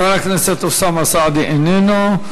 חבר הכנסת אוסאמה סעדי, איננו,